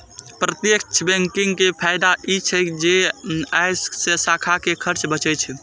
प्रत्यक्ष बैंकिंग के फायदा ई छै जे अय से शाखा के खर्च बचै छै